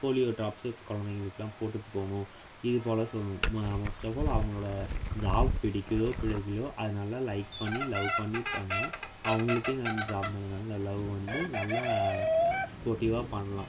polio drops குழந்தைகளுக்கெல்லாம் போட்டுட்டு போகணும் இதுபோல் சொல்லணும் மோஸ்ட் ஆஃப் ஆல் அவங்களோட ஜாப் பிடிக்குதோ பிடிக்கலியோ அது நல்லா லைக் பண்ணி லவ் பண்ணி பண்ணால் அவங்களுக்கே வந்து ஜாப் மேலே நல்ல லவ் வந்து நல்லா ஸ்போர்டிவ்வாக பண்ணலாம்